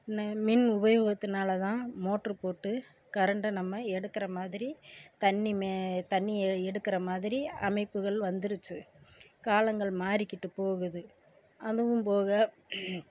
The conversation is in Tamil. மின் உபயோகத்தினாலதான் மோட்டரு போட்டு கரண்ட்டை நம்ம எடுக்கிற மாதிரி தண்ணி மே தண்ணி எடுக்கிற மாதிரி அமைப்புகள் வந்துரிச்சு காலங்கள் மாறிக்கிட்டு போகுது அதுவும் போக